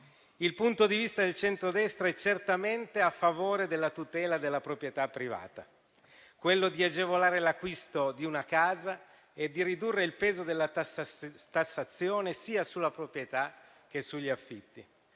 Il punto di vista del centrodestra è certamente a favore della tutela della proprietà privata, quello di agevolare l'acquisto di una casa e di ridurre il peso della tassazione sia sulla proprietà che sugli affitti.